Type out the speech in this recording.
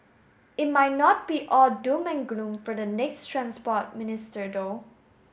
it might not be all doom and gloom for the next Transport Minister though